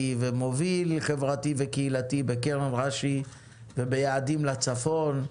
ומוביל חברתי וקהילתי בקרן רש"י וביעדים לצפון,